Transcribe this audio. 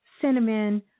Cinnamon